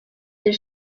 des